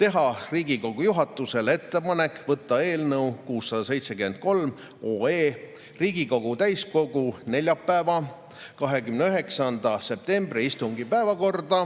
teha Riigikogu juhatusele ettepanek võtta eelnõu 673 Riigikogu täiskogu neljapäevase, 29. septembri istungi päevakorda